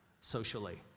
socially